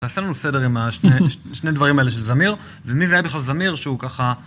תעשה לנו סדר עם שני הדברים האלה של זמיר ומי זה היה בכלל זמיר שהוא ככה...